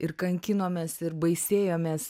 ir kankinomės ir baisėjomės